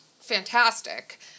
fantastic